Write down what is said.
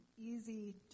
easy